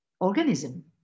organism